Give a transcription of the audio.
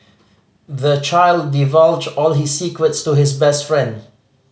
the child divulged all his secrets to his best friend